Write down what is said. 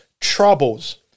troubles